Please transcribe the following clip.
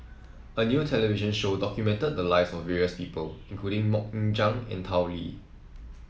a new television show documented the lives of various people including MoK Ying Jang and Tao Li